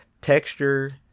texture